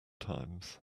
times